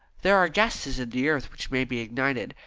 there are gases in the earth which may be ignited,